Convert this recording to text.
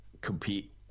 compete